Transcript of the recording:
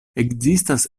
ekzistas